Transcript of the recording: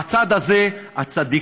בצד הזה הצדיקים,